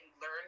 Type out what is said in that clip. learn